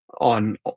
on